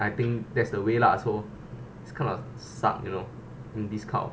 I think that's the way lah so it's kind of suck you know in this kind of